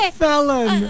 felon